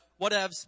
whatevs